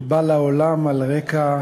שבא לעולם על רקע